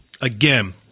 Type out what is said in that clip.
Again